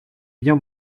bien